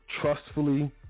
trustfully